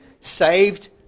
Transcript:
saved